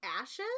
ashes